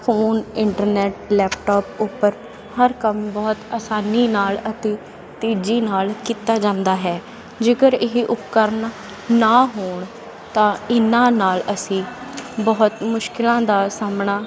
phone internet laptop ਉੱਪਰ ਹਰ ਕੰਮ ਬਹੁਤ ਆਸਾਨੀ ਨਾਲ ਅਤੇ ਤੇਜ਼ੀ ਨਾਲ ਕੀਤਾ ਜਾਂਦਾ ਹੈ ਜੇਕਰ ਇਹ ਉਪਕਰਨ ਨਾ ਹੋਣ ਤਾਂ ਇਹਨਾਂ ਨਾਲ ਅਸੀਂ ਬਹੁਤ ਮੁਸ਼ਕਿਲਾਂ ਦਾ ਸਾਹਮਣਾ